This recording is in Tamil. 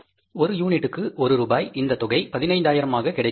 ஒரு யூனிட்டுக்கு 1 ரூபாய் இந்த தொகை 15000 ஆக கிடைத்துள்ளது